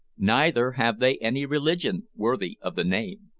neither have they any religion worthy of the name.